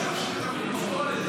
נכון.